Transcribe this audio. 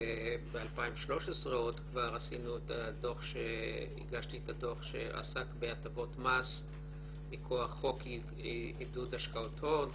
וב-2013 כבר הגשתי את הדוח שעסק בהטבות מס מכוח חוק עידוד השקעות הון,